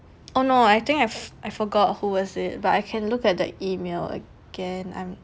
oh no I think I've I forgot who was it but I can look at the email again I'm